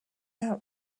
out